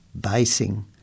basing